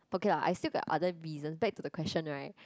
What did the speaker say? okay lah I still got other reason back to the question right